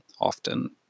often